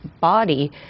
body